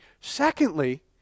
Secondly